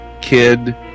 kid